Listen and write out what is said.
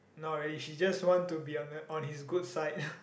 not really she just want to be on on his good side